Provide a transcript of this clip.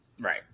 Right